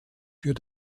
für